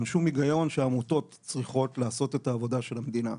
אין שום היגיון בזה שעמותות צריכות לעשות את העבודה של המדינה.